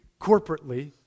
corporately